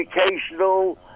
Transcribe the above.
educational